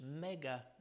mega